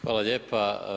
Hvala lijepa.